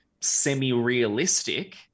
semi-realistic